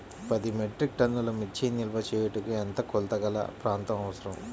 పది మెట్రిక్ టన్నుల మిర్చి నిల్వ చేయుటకు ఎంత కోలతగల ప్రాంతం అవసరం?